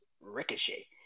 Ricochet